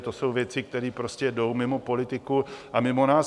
To jsou věci, které prostě jdou mimo politiku a mimo nás.